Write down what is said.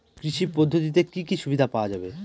কৃষি পদ্ধতিতে কি কি সুবিধা পাওয়া যাবে?